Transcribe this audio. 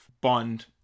Bond